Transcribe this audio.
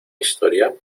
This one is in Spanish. historia